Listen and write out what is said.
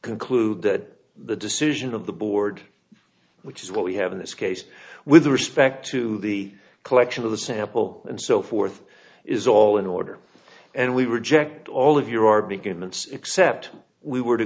conclude that the decision of the board which is what we have in this case with respect to the collection of the sample and so forth is all in order and we reject all of you are be convinced except we were to